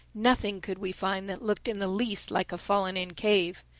nothing could we find that looked in the least like a fallen-in cave.